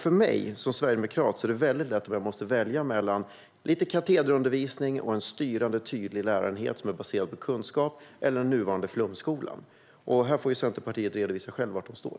För mig som sverigedemokrat är valet väldigt lätt om jag måste välja mellan å ena sidan lite katederundervisning och en styrande, tydlig lärarenhet som är baserad på kunskap och å andra sidan den nuvarande flumskolan. Här får Centerpartiet självt redovisa var man står.